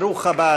ברוך הבא,